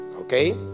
Okay